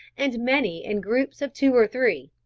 and many in groups of two or three,